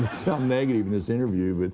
sound negative in this interview, but.